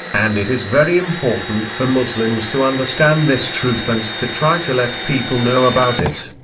and it is very important for muslims to understand this truth and to try to let people know about it.